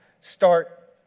start